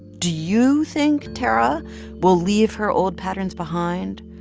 do you think tarra will leave her old patterns behind,